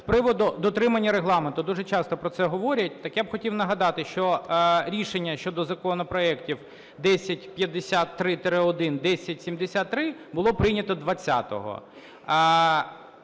з приводу дотримання Регламенту. Дуже часто про це говорять, так я б хотів нагадати, що рішення щодо законопроектів 1053-1, 1073 було прийнято 20-го.